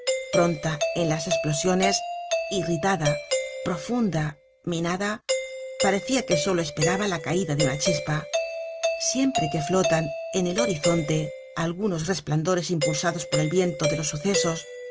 pronta en las esplosiones irritada profunda minada parecia que solo esperaba la caida de una chispa siempre que flotan en el horizonte algunos resplandores impulsados por el viento de los sucesos